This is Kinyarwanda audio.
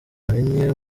amenye